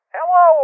Hello